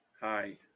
Hi